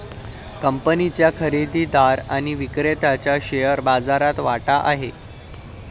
कंपनीच्या खरेदीदार आणि विक्रेत्याचा शेअर बाजारात वाटा आहे